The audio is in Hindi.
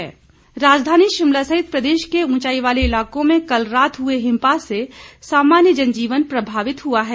मौसम राजधानी शिमला सहित प्रदेश के ऊंचाई वालों इलाकों में कल रात हुए हिमपात से सामान्य जनजीवन प्रभावित हुआ है